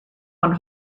man